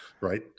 Right